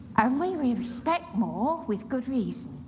um we we respect more with good reason,